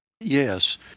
Yes